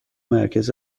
مرکز